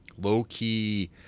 low-key